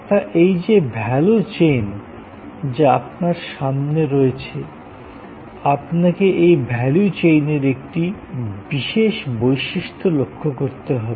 তা এই যে ভ্যালু চেইন যা আপনার সামনে রয়েছে আপনাকে এই ভ্যালু চেইনের একটি বিশেষ বৈশিষ্ট্য লক্ষ্য করতে হবে